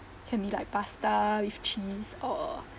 can be like pasta with cheese or